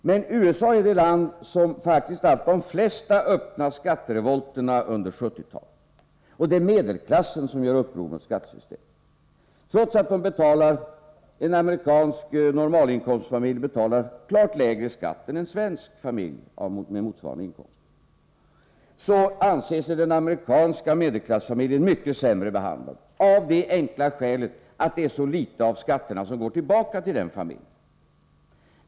Men USA är det land som faktiskt haft de flesta öppna skatterevolterna under 1970-talet. Det är medelklassen som gör uppror mot skattesystemet. Trots att en amerikansk medelinkomstfamilj betalar klart lägre skatt än en svensk familj med motsvarande inkomst, så anser sig den amerikanska medelklassfamiljen mycket sämre behandlad, av det enkla skälet att det är så litet av skatterna som går tillbaka till den familjen.